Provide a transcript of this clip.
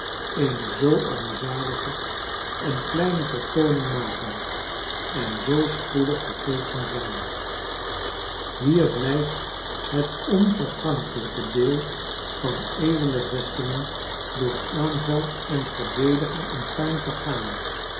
eene zoo armzalige en kleine vertooning maken en zoo spoedig vergeten zijn hier blijft het onvergankelijke deel van edele vestingen door aanval en verdediging in puin vergaan